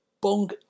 bong